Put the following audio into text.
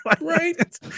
Right